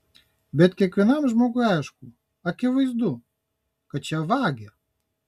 bet kiekvienam žmogui aišku akivaizdu kad čia vagia